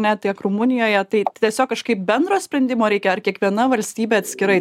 ne tiek rumunijoje tai tiesiog kažkaip bendro sprendimo reikia ar kiekviena valstybė atskirai